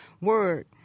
word